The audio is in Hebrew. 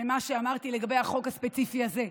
למה שאמרתי לגבי החוק הספציפי הזה: